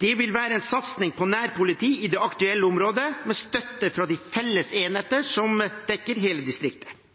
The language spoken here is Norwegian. Det vil være en satsing på nærpoliti i det aktuelle området med støtte fra de felles enheter som dekker hele distriktet.